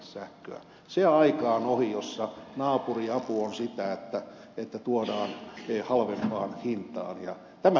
se aika on ohi jolloin naapuriapu on sitä että tuodaan halvempaan hintaan